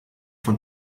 von